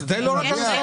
אז תן לדבר.